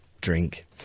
drink